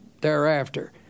thereafter